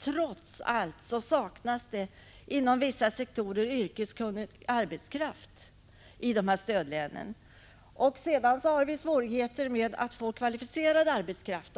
Trots allt saknas det inom vissa sektorer yrkeskunnig arbetskraft i stödlänen. Vi har också svårigheter med att få kvalificerad arbetskraft